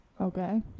Okay